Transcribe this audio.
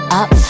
up